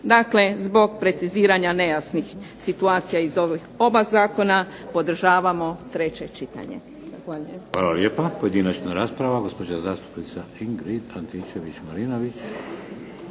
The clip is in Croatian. Dakle, zbog preciziranja nejasnih situacija iz ova oba zakona podržavamo treće čitanje. Zahvaljujem. **Šeks, Vladimir (HDZ)** Hvala lijepa. Pojedinačna rasprava. Gospođa zastupnica Ingrid Antičević-Marinović.